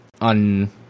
on